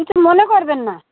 কিছু মনে করবেন না